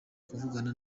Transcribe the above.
kuvugana